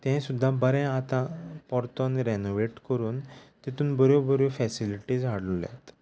ते सुद्दां बरे आतां पोरतोन रॅनोवेट करून तितून बऱ्यो बऱ्यो फॅसिलिटीज हाडल्यात